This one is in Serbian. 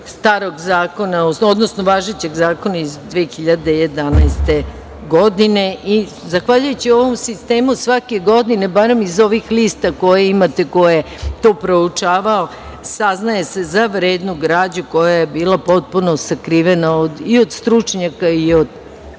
na osnovu važećeg zakona iz 2011. godine. Zahvaljujući ovom sistemu svake godine, barem iz ovih lista koje imate i ko je to proučavao, saznaje se za vrednu građu koja je bila potpuno sakrivena i od stručnjaka i od